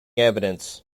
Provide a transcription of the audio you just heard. evidence